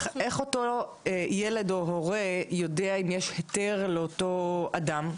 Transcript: אותו ילד או ההורה יודע אם יש היתר לאותו אדם?